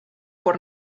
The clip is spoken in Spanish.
por